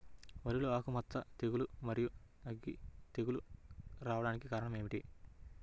వరిలో ఆకుమచ్చ తెగులు, మరియు అగ్గి తెగులు రావడానికి కారణం ఏమిటి?